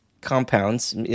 compounds